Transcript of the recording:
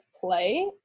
play